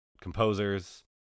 composers